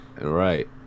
Right